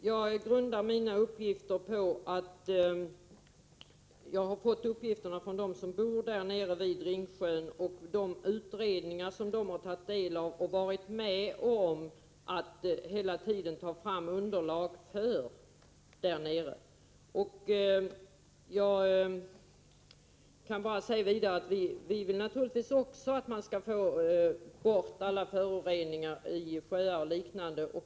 Herr talman! Jag har fått de uppgifter jag här har framfört från dem som bor nere vid Ringsjön och de utredningar som de hela tiden har varit med om att ta fram underlag för. Jag kan bara vidare säga att vi naturligtvis också vill ha bort alla föroreningar i sjöar och liknande.